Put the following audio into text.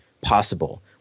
possible